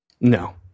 no